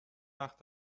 وقت